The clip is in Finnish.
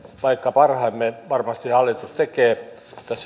vaikka parhaansa varmasti hallitus tekee